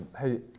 Hey